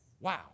Wow